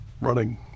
running